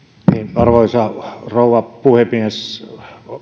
arvoisa rouva puhemies